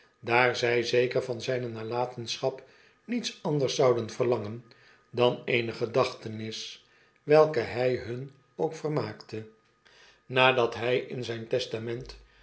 daar zij zeker van zyne nalatenschap niets anders zouden verlangen dan eene gedachtenis welke hij hun ook vermaakte nadat hy in zyn testament